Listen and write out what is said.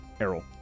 Errol